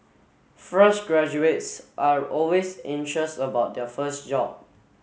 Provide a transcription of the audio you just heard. fresh graduates are always anxious about their first job